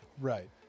Right